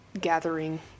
gathering